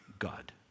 God